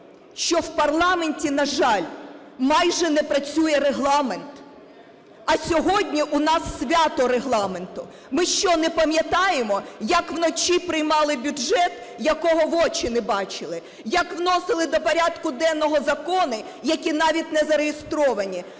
що в парламенті, на жаль, майже не працює Регламент, а сьогодні у нас свято Регламенту! Ми що, не пам'ятаємо, як вночі приймали бюджет, якого в очі не бачили, як вносили до порядку денного закони, які навіть не зареєстровані?